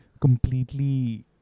completely